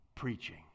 preaching